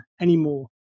anymore